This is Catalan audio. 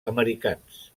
americans